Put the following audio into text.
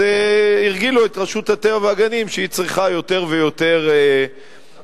הרגילו את רשות הטבע והגנים שהיא צריכה יותר ויותר להתייעל,